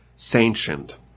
sanctioned